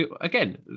again